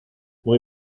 muy